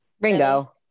Ringo